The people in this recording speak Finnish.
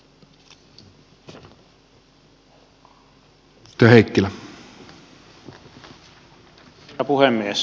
herra puhemies